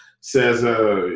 says –